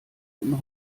und